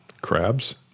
Crabs